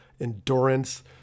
endurance